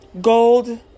gold